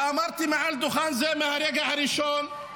ואמרתי מעל דוכן זה מהרגע הראשון,